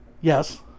Yes